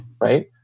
right